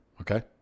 Okay